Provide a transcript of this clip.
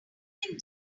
can